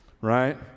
Right